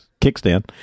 Kickstand